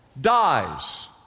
dies